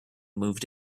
moved